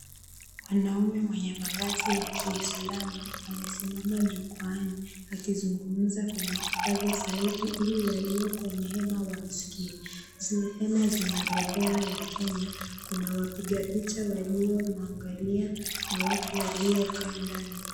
Mwanaume mwenye mavazi ya Kiislamu amesimama jukwani, akizungumza kwenye kipaza sauti ili walio kwenye hema wamsikie. Hizo hema zina bendera ya Kenya, kuna wapiga picha waliomuangalia na watu waliokaa ndani.